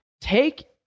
Take